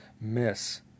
miss